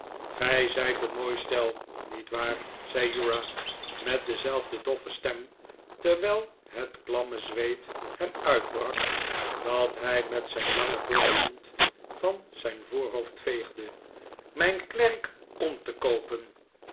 gij zijt een mooi stel niet waar zei uriah met dezelfde doffe stem terwijl het klamme zweet hem uitbrak dat hij met zijn lange dorre hand van zijn voorhoofd veegde mijn klerk om te koopen